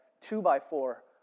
two-by-four